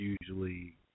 usually